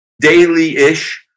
daily-ish